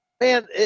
man